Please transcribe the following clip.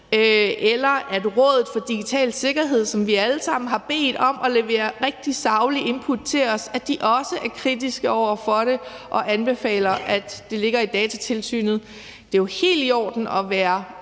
nonchalant. Rådet for Digital Sikkerhed, som vi alle sammen har bedt om at levere rigtig saglige input til os, er også kritiske over for det og anbefaler, at det ligger i Datatilsynet. Det er jo helt i orden at være